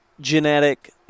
genetic